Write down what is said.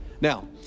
Now